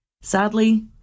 Sadly